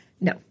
no